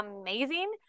amazing